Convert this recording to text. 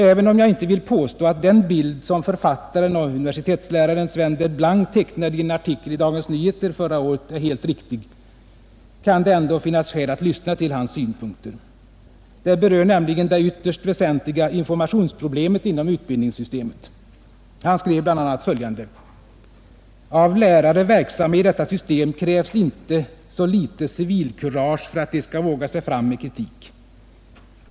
Även om jag inte vill påstå, att den bild som författaren och universitetsläraren Sven Delblanc tecknade i en artikel i Dagens Nyheter förra året är helt riktig, kan det finnas skäl att lyssna till hans synpunkter. De berör nämligen det ytterst väsentliga informationsproblemet inom utbildningssystemet. Han skrev bl.a. följande: ”Av lärare verksamma i detta system krävs inte så litet civilkurage för att de skall våga sig fram med kritik.